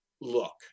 look